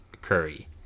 Curry